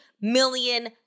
million